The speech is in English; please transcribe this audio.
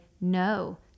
no